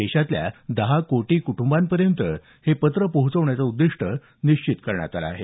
देशातल्या दहा कोटी कुटुंबापर्यंत हे पत्र पोहोचवण्याचं उद्दीष्ट निश्चित करण्यात आलं आहे